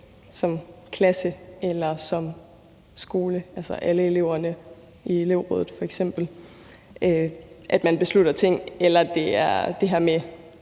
som klasse eller som skole, altså alle eleverne i elevrådet f.eks., at man selv beslutter ting, eller om det er det